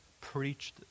preached